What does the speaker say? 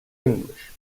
english